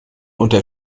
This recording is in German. unter